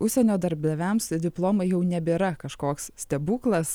užsienio darbdaviams diplomai jau nebėra kažkoks stebuklas